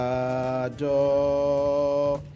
adore